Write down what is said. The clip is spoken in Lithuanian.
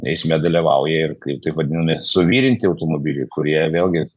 eisme dalyvauja ir kaip tai vadinami suvirinti automobiliai kurie vėlgi